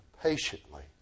patiently